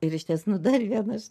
ir išties nu dar vieną aš